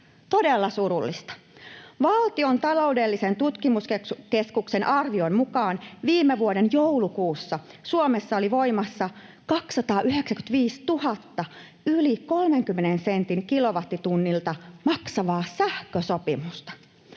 todella surullista. Valtion taloudellisen tutkimuskeskuksen arvion mukaan viime vuoden joulukuussa Suomessa oli voimassa 295 000 yli 30 senttiä kilowattitunnilta maksavaa sähkösopimusta.